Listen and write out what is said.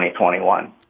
2021